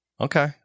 Okay